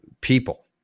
people